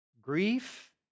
grief